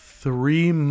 three